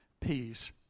peace